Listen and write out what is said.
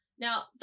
Now